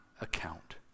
account